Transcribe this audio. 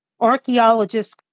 Archaeologists